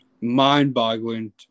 mind-boggling